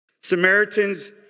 Samaritans